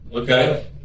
Okay